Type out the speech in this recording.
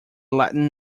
latin